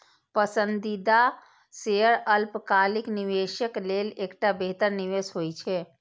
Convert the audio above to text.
पसंदीदा शेयर अल्पकालिक निवेशक लेल एकटा बेहतर निवेश होइ छै